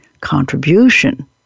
contribution